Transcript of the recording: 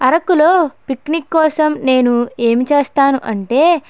అరకులో పిక్నిక్ కోసం నేను ఏం చేస్తాను అంటే